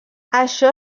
això